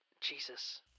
Jesus